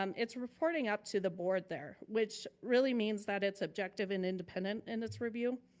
um it's reporting up to the board there. which really means that it's objective and independent in its review.